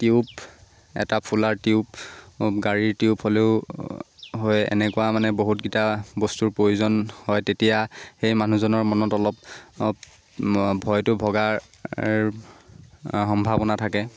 tube এটা ফুলাৰ tube গাড়ীৰ টিউব হ'লেও হয় এনেকুৱা মানে বহুতকেইটা বস্তুৰ প্ৰয়োজন হয় তেতিয়া সেই মানুহজনৰ মনত অলপ ভয়টো ভগাৰ সম্ভাৱনা থাকে